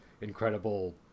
incredible